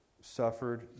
suffered